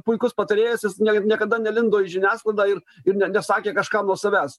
puikus patarėjas jis nie niekada nelindo į žiniasklaidą ir ir ne nesakė kažką nuo savęs